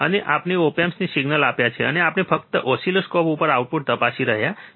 અને આપણે ઓપ એમ્પને સિગનલ આપ્યા છે અને આપણે ફક્ત ઓસિલોસ્કોપ પર આઉટપુટ તપાસી રહ્યા છીએ